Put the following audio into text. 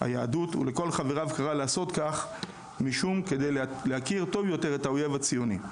היהדות ולכל חבריו קרא לעשות כך כדי להכיר טוב יותר את האויב הציוני.